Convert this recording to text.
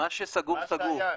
מה שסגור סגור.